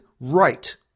right